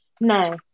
no